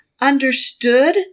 understood